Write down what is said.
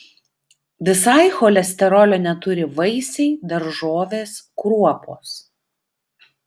visai cholesterolio neturi vaisiai daržovės kruopos